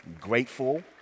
grateful